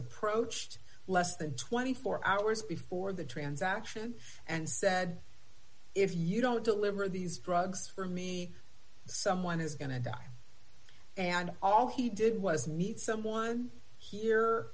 approached less than twenty four hours before the transaction and said if you don't deliver these drugs for me someone is going to die and all he did was meet someone here